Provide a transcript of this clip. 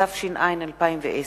התש"ע 2010,